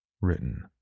Written